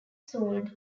sold